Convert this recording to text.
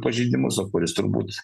pažeidimus o kuris turbūt